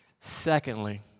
Secondly